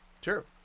Sure